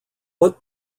what